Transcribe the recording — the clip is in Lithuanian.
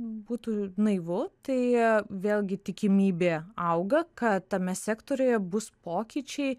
būtų naivu tai vėlgi tikimybė auga kad tame sektoriuje bus pokyčiai